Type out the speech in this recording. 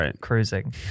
cruising